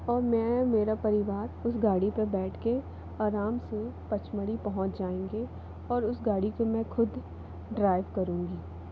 और मैं मेरा परिवार उस गाड़ी में बैठ के आराम से पंचमढ़ी पहुँच जाएंगे और उस गाड़ी को मैं खुद ड्राइव करूँगी